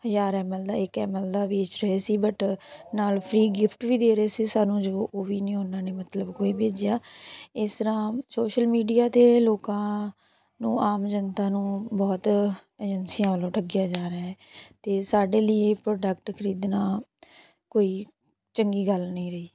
ਹਜ਼ਾਰ M L ਦਾ ਇੱਕ ਐੱਮ ਐੱਲ ਦਾ ਵੇਚ ਰਹੇ ਸੀ ਬਟ ਨਾਲ ਫਰੀ ਗਿਫਟ ਵੀ ਦੇ ਰਹੇ ਸੀ ਸਾਨੂੰ ਜੋ ਉਹ ਵੀ ਨਹੀਂ ਉਹਨਾਂ ਨੇ ਮਤਲਬ ਕੋਈ ਭੇਜਿਆ ਇਸ ਤਰ੍ਹਾਂ ਸੋਸ਼ਲ ਮੀਡੀਆ 'ਤੇ ਲੋਕਾਂ ਨੂੰ ਆਮ ਜਨਤਾ ਨੂੰ ਬਹੁਤ ਏਜੰਸੀਆਂ ਵਲੋਂ ਠੱਗਿਆ ਜਾ ਰਿਹਾ ਹੈ ਅਤੇ ਸਾਡੇ ਲਈ ਇਹ ਪ੍ਰੋਡਕਟ ਖਰੀਦਣਾ ਕੋਈ ਚੰਗੀ ਗੱਲ ਨਹੀਂ ਰਹੀ